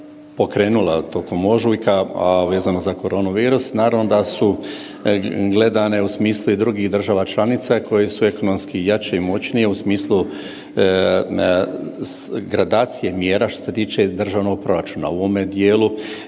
pokrenula tokom ožujka, a vezano za koronu virus naravno da su gledane u smislu i drugih država članica koje su ekonomski jače i moćnije u smislu gradacije mjera što se tiče državnog proračuna. U ovome dijelu